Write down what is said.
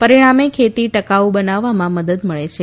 પરીણામે ખેતી ટકાઉ બનાવવામાં મદદ મળે છે